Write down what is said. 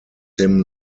him